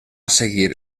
seguir